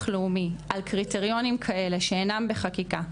לאומי על קריטריונים כאלה שאינם בחקיקה,